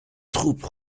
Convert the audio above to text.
troupes